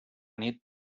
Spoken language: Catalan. nit